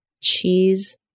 Cheese